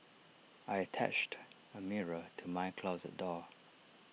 I attached A mirror to my closet door